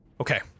Okay